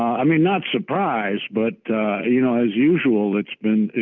i mean not surprised, but you know as usual it's been